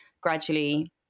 gradually